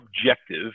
objective